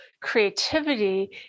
creativity